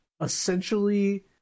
essentially